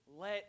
let